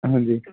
ਹਾਂਜੀ